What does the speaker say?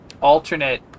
alternate